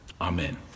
Amen